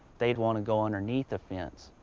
they want to go underneath a fence.